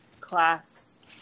class